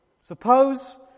Suppose